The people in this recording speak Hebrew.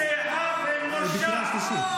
היא בקריאה שלישית.